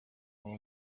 uwo